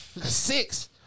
six